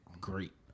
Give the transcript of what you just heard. great